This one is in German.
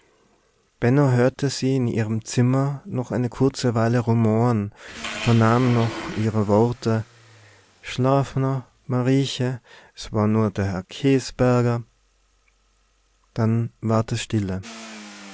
benno hörte sie in ihrem zimmer noch eine kurze weile rumoren vernahm noch ihre worte schlaf nor marieche es war nor der herr käsberger dann ward es stille